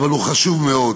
אבל הוא חשוב מאוד.